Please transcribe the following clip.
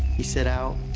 he set out,